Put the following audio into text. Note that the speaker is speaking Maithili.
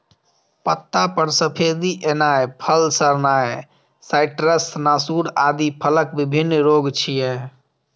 पत्ता पर सफेदी एनाय, फल सड़नाय, साइट्र्स नासूर आदि फलक विभिन्न रोग छियै